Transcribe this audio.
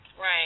Right